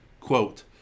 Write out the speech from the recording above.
quote